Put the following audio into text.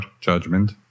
judgment